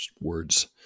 words